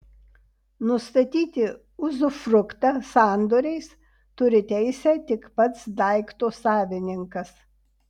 nustatyti uzufruktą sandoriais turi teisę tik pats daikto savininkas